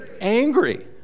angry